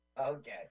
okay